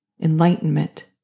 enlightenment